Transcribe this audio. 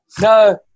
No